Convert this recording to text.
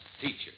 teacher